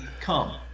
Come